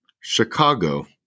Chicago